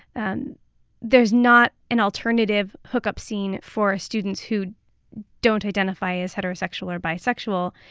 and there's not an alternative hookup scene for students who don't identify as heterosexual or bisexual.